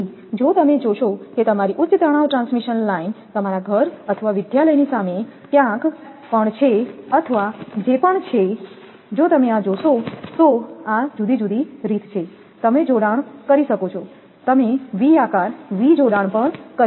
તેથી જો તમે જોશો કે તમારી ઉચ્ચ તણાવ ટ્રાન્સમિશન લાઇન તમારા ઘર અથવા વિદ્યાલયની સામે ક્યાંય પણ છે અથવા જે પણ છે જો તમે આ જોશો તો આ જુદી જુદી રીત છે તમે જોડાણ કરી શકો છો તમે વી આકાર વી જોડાણ પણ કહી શકો છો